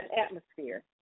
atmosphere